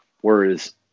Whereas